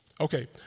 Okay